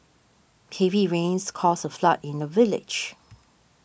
heavy rains caused a flood in the village